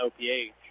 OPH